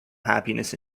happiness